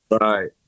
Right